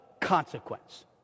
consequence